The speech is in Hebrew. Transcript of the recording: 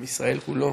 עם ישראל כולו,